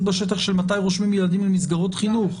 בשטח של מתי רושמים ילדים למסגרות חינוך.